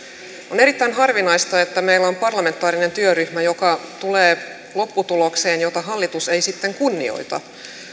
on erittäin harvinaista että meillä on parlamentaarinen työryhmä joka tulee lopputulokseen jota hallitus ei sitten kunnioita